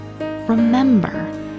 remember